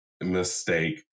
mistake